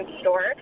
store